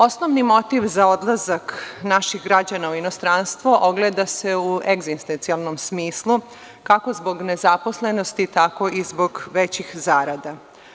Osnovni motiv za odlazak naših građana u inostranstvo ogleda se u egzistencijalnom smislu, kako zbog nezaposlenosti, tako i zbog većih zarada.